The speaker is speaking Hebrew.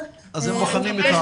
אז הם בוחנים את ההערות.